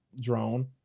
drone